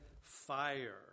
fire